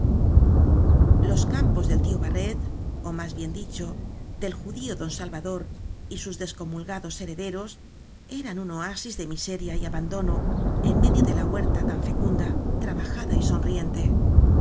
los campos del tío barret ó más bien dicho del judío don salvador y sus descomul gados herederos eran un oasis de miseria y abandono en medio de la huerta tan fecun da trabajada y sonriente